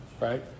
right